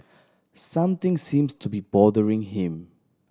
something seems to be bothering him